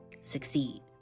succeed